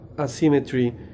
asymmetry